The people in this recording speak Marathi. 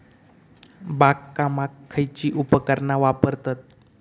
बागकामाक खयची उपकरणा वापरतत?